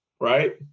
right